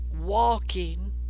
walking